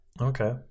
Okay